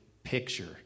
picture